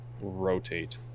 rotate